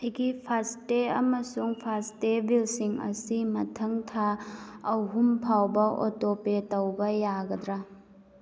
ꯑꯩꯒꯤ ꯐꯥꯁꯇꯦ ꯑꯃꯁꯨꯡ ꯐꯥꯁꯇꯦ ꯕꯤꯜꯁꯤꯡ ꯑꯁꯤ ꯃꯊꯪ ꯊꯥ ꯑꯍꯨꯝ ꯐꯥꯎꯕ ꯑꯣꯇꯣꯄꯦ ꯇꯧꯕ ꯌꯥꯒꯗ꯭ꯔ